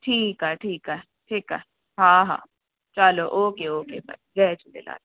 ठीकु आहे ठीकु आहे ठीकु आहे हा हा चलो ओके ओके जय झूलेलाल